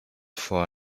for